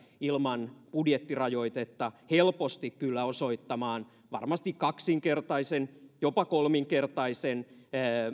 ilman budjettirajoitetta helposti kyllä osoittamaan varmasti kaksinkertaisen jopa kolminkertaisen